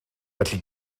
felly